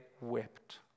wept